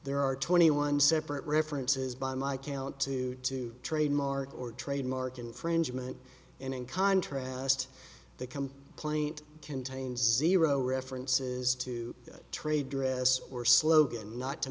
there are twenty one separate references by my count to two trademark or trademark infringement and in contrast the complaint contains zero references to trade dress or slogan not to